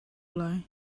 lai